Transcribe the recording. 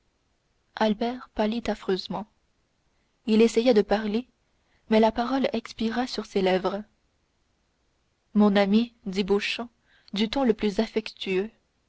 albert pâlit affreusement il essaya de parler mais la parole expira sur ses lèvres mon ami dit beauchamp du ton le plus affectueux